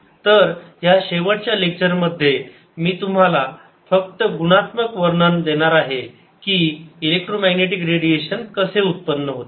तर ह्या शेवटच्या लेक्चर मध्ये मी तुम्हाला फक्त गुनात्मक वर्णन देणार आहे की इलेक्ट्रोमॅग्नेटिक रेडिएशन कसे उत्पन्न होते